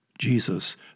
Jesus